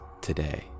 today